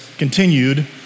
continued